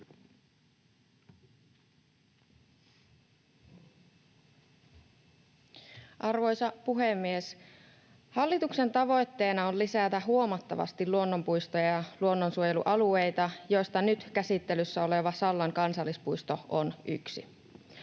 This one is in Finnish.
Arvoisa puhemies! Hallituksen tavoitteena on lisätä huomattavasti luonnonpuistoja ja luonnonsuojelualueita, joista nyt käsittelyssä oleva Sallan kansallispuisto on yksi.